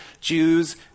Jews